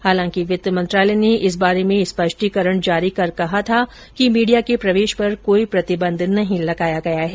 हालांकि वित्त मंत्रालय ने इस बारे में स्पष्टीकरण जारी कर कहा था कि मीडिया के प्रवेश पर कोई प्रतिबंध नहीं लगाया गया है